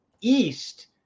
East